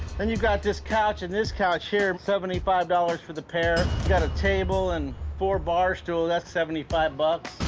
and you've got this couch, and this couch here. seventy five dollars for the pair. got a table, and four barstools. that's seventy five dollars bucks.